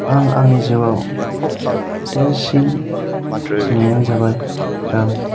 आं आंनि जिउआव देरसिन जेंनाया जाबाय रां